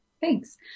Thanks